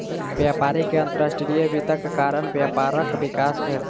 व्यापारी के अंतर्राष्ट्रीय वित्तक कारण व्यापारक विकास भेल